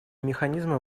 механизмы